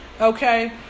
okay